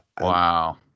Wow